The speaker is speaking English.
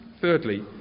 thirdly